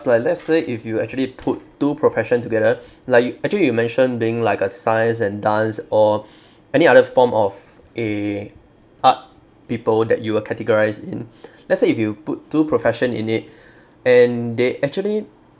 like let's say if you actually put two profession together like you actually you mention being like a science and dance or any other form of a art people that you were categorised in let's say if you put two profession in it and they actually